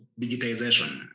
digitization